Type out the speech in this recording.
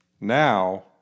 Now